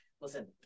listen